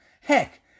Heck